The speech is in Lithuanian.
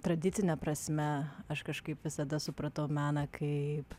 tradicine prasme aš kažkaip visada supratau meną kaip